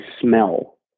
smell